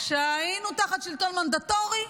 כשהיינו תחת שלטון מנדטורי,